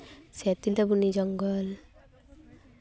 ᱥᱮ ᱛᱤᱞᱟᱹᱵᱚᱱᱤ ᱡᱚᱝᱜᱚᱞ